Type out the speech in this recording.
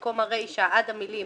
במקום הרישה עד המילים